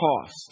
cost